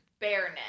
Bareness